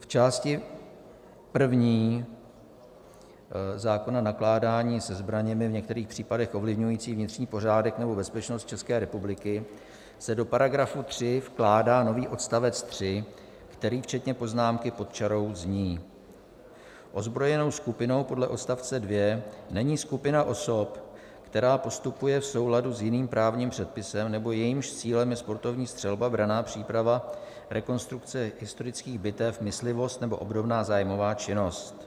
V části první zákona nakládání se zbraněmi v některých případech ovlivňující vnitřní pořádek nebo bezpečnost České republiky se do § 3 vkládá nový odstavec 3, který včetně poznámky pod čarou zní: Ozbrojenou skupinou podle odstavce 2 není skupina osob, která postupuje v souladu s jiným právním předpisem nebo jejímž cílem je sportovní střelba, branná příprava, rekonstrukce historických bitev, myslivost nebo obdobná zájmová činnost.